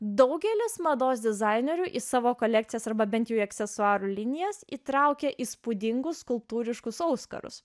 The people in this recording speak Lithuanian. daugelis mados dizainerių į savo kolekcijas arba bent jų aksesuarų linijas įtraukia įspūdingus skulptūriškus auskarus